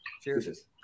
Cheers